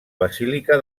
basílica